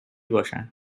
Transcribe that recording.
باشن